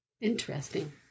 Interesting